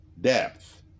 depth